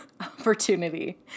opportunity